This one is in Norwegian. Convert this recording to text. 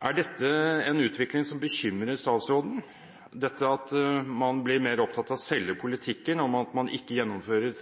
Er dette en utvikling som bekymrer statsråden, at man blir mer opptatt av å selge politikken og at man ikke gjennomfører